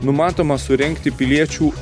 numatoma surengti piliečių